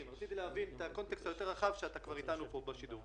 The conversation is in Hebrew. יותר נכון 197 רשויות מקומיות,